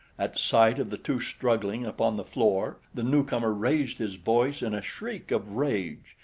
at sight of the two struggling upon the floor the newcomer raised his voice in a shriek of rage.